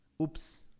Oops